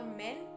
men